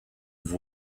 have